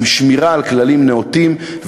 עם שמירה על כללים נאותים.